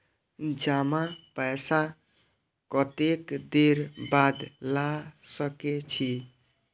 जमा पैसा कतेक देर बाद ला सके छी?